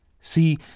See